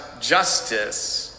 justice